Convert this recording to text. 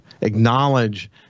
acknowledge